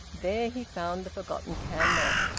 there he found a forgotten candle.